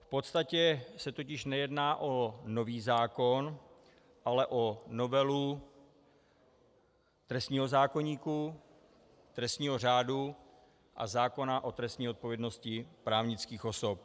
V podstatě se totiž nejedná o nový zákon, ale o novelu trestního zákoníku, trestního řádu a zákona o trestní odpovědnosti právnických osob.